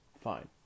fine